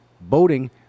boating